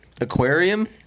Aquarium